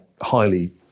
highly